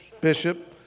Bishop